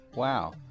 Wow